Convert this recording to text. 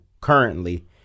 currently